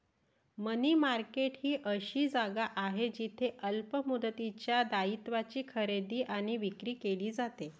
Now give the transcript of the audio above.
मनी market ही अशी जागा आहे जिथे अल्प मुदतीच्या दायित्वांची खरेदी आणि विक्री केली जाते